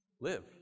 live